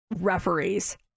referees